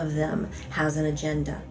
of them has an agenda